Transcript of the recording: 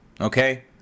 okay